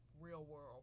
real-world